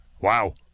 Wow